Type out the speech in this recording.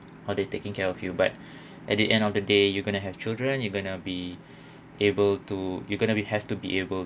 or they taking care of you but at the end of the day you gonna have children you gonna be able to you're gonna be have to be able